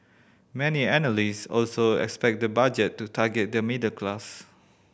many analysts also expect the Budget to target the middle class